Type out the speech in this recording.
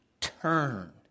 turn